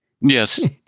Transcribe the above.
Yes